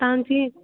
तव्हांजी